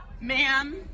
Ma'am